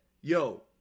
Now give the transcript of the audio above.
yo